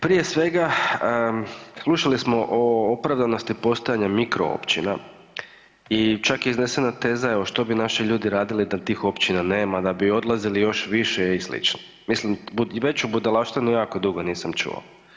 Prije svega slušali smo o opravdanosti postojanja mikro općina i čak je iznesena teza evo što bi naši ljudi radili da tih općina nema da bi odlazili još više i sl., mislim i veću budalaštinu jako dugo nisam čuo.